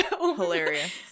hilarious